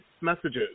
messages